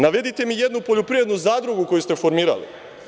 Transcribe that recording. Navedite mi jednu poljoprivrednu zadrugu koju ste formirali.